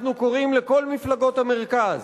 אנחנו קוראים לכל מפלגות המרכז,